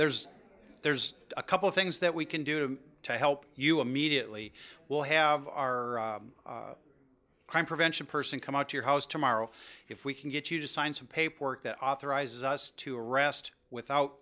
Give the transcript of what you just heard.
there's there's a couple things that we can do to help you immediately we'll have our crime prevention person come out to your house tomorrow if we can get you to sign some paperwork that authorizes us to arrest without